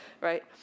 right